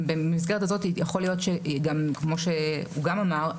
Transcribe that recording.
במסגרת הזאת יכול להיות שכמו שהוא גם אמר,